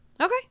Okay